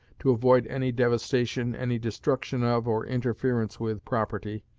to avoid any devastation, any destruction of, or interference with, property,